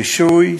רישוי,